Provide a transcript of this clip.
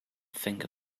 think